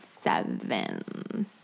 seven